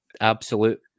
Absolute